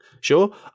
Sure